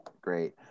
Great